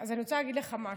אז אני רוצה להגיד לך משהו.